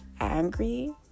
angry